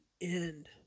end